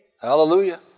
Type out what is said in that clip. Hallelujah